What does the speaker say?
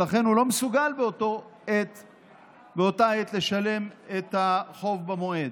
ולכן אינו מסוגל באותה העת לשלם את החוב במועד.